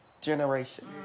generation